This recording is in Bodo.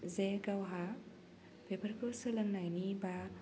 जे गावहा बेफोरखौ सोलोंनायनि बा